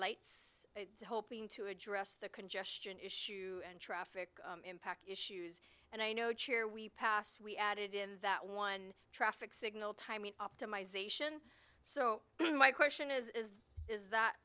lights hoping to address the congestion issue and traffic impact issues and i know cheer we pass we added in that one traffic signal timing optimization so my question is is that